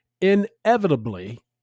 inevitably